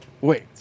Wait